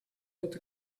not